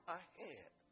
ahead